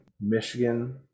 Michigan